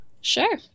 Sure